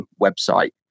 website